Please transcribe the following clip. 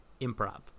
improv